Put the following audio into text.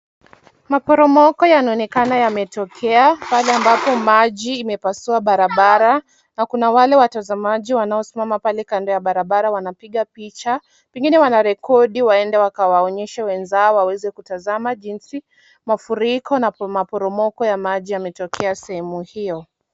Maporomoko yanaonekana yametokea pahali ambapo maji imepasua barabara na kuna wale watazamaji wanaosimama pale kando ya barabara wanapiga picha. Pengine wanarekodi waende wakawaonyeshe wenzao waweze kutazama jinsi mafuriko na maporomoko ya maji yametokea sehemu hiyo.